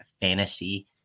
fantasy